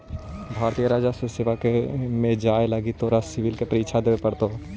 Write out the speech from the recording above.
भारतीय राजस्व सेवा में जाए लगी तोरा सिवल के परीक्षा देवे पड़तो